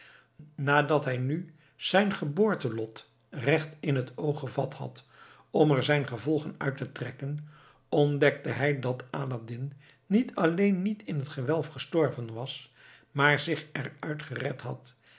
nadat hij nu zijn geboortelot recht in t oog gevat had om er zijn gevolgen uit te trekken ontdekte hij dat aladdin niet alleen niet in het gewelf gestorven was maar zich eruit gered had